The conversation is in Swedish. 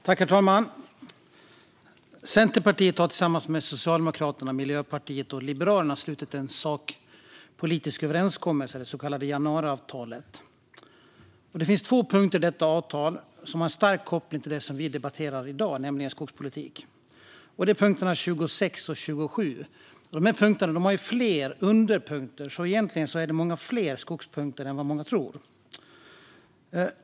Herr talman! Centerpartiet har tillsammans med Socialdemokraterna, Miljöpartiet och Liberalerna slutit en sakpolitisk överenskommelse, det så kallade januariavtalet. Det finns två punkter i detta avtal som har stark koppling till det vi debatterar i dag, nämligen skogspolitik, och det är punkterna 26 och 27. De här punkterna har dock flera underpunkter, så egentligen är det många fler skogspunkter än vad många tror.